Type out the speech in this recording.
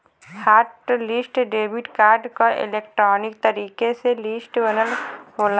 hot list debit card क electronic तरीके से लिस्ट बनल होला